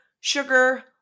sugar